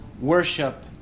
worship